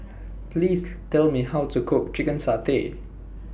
Please Tell Me How to Cook Chicken Satay